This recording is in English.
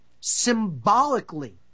symbolically